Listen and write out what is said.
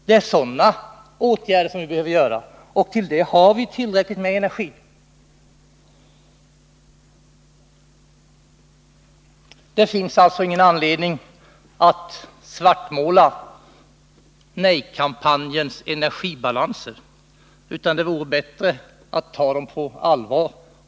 Det är sådana åtgärder som vi behöver vidta, och härtill har vi tillräckligt med energi. Det finns alltså ingen anledning att svartmåla nej-kampanjens energibalanser. Det vore bättre att ta dem på allvar.